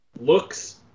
looks